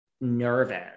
nervous